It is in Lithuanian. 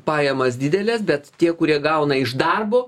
pajamas dideles bet tie kurie gauna iš darbo